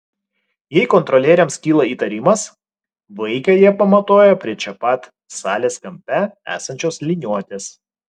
jei kontrolieriams kyla įtarimas vaiką jie pamatuoja prie čia pat salės kampe esančios liniuotės